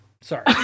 Sorry